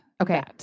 okay